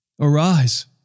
Arise